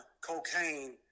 cocaine